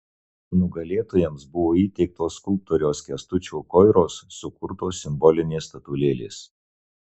nugalėtojams buvo įteiktos skulptoriaus kęstučio koiros sukurtos simbolinės statulėlės